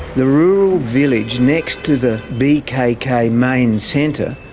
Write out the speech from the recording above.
the rural village next to the bkk main centre,